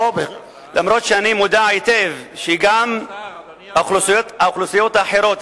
אף-על-פי שאני מודע היטב לכך שגם האוכלוסיות האחרות,